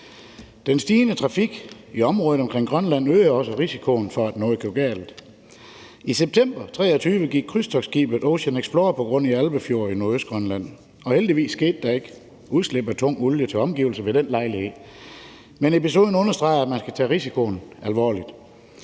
Den stigende trafik i området omkring Grønland øger også risikoen for, at noget går galt. I september 2023 stødte krydstogtsskibet Ocean Explorer på grund i Alpefjord i Nordøstgrønland, og heldigvis skete der ikke udslip af tung olie til omgivelserne ved den lejlighed, men episoden understreger, at man skal tage risikoen alvorligt.